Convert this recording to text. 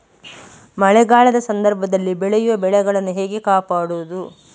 ಮಳೆಗಾಲದ ಸಂದರ್ಭದಲ್ಲಿ ಬೆಳೆಯುವ ಬೆಳೆಗಳನ್ನು ಹೇಗೆ ಕಾಪಾಡೋದು?